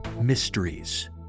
mysteries